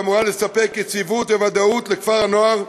שאמורה לספק יציבות וודאות לכפר-הנוער,